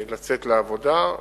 לצאת לעבודה.